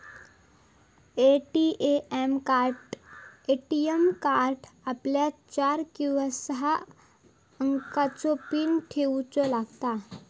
ATM कार्डाक आपल्याक चार किंवा सहा अंकाचो पीन ठेऊचो लागता